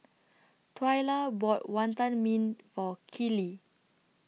Twyla bought Wantan Mee For Keeley